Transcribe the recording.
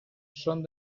són